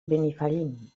benifallim